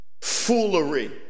Foolery